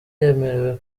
yemerewe